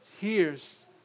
hears